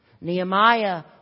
Nehemiah